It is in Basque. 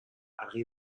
argi